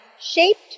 shaped